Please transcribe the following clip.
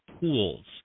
pools